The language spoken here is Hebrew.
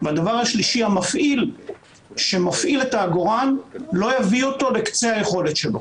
והדבר השלישי שמפעיל העגורן לא יביא אותו לקצה היכולת שלו,